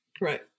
right